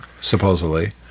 supposedly